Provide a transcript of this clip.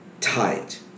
tight